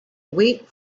wheat